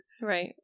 Right